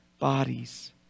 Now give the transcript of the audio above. bodies